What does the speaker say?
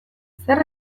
zer